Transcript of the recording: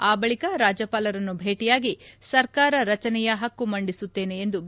ಆ ಬಳಿಕ ರಾಜ್ಯಪಾಲರನ್ನು ಭೇಟಿಯಾಗಿ ಸರ್ಕಾರ ರಚನೆಯ ಪಕ್ನು ಮಂಡಿಸುತ್ತೇನೆ ಎಂದು ಬಿ